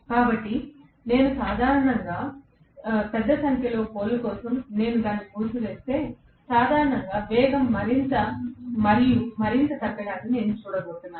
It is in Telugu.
కాబట్టి సాధారణంగా నేను పెద్ద సంఖ్యలో పోల్ ల కోసం దాన్ని మూసివేస్తే సాధారణంగా వేగం మరింత మరియు మరింత తగ్గడాన్నినేను చూడబోతున్నాను